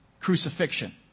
crucifixion